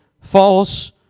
false